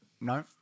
No